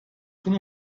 von